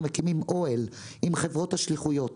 אנחנו מקימים אוהל עם חברות השליחויות